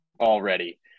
already